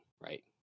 right